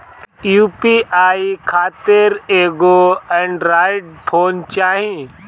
UPI खातिर एगो Android phone चाही